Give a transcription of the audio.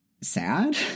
sad